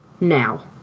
Now